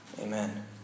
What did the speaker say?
Amen